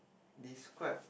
describe